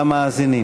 למאזינים,